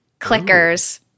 clickers